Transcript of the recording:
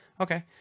okay